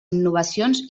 innovacions